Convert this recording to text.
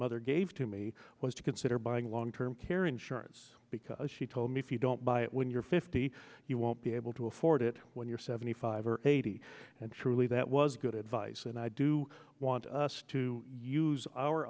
mother gave to me was to consider buying long term care insurance because she told me if you don't buy it when you're fifty you won't be able to afford it when you're seventy five or eighty and truly that was good advice and i do want us to use our